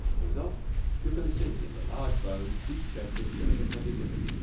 the result you can see in the large-boned, deep-chested, delicate-handed women,